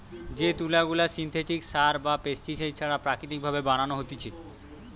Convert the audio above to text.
যে তুলা গুলা সিনথেটিক সার বা পেস্টিসাইড ছাড়া প্রাকৃতিক ভাবে বানানো হতিছে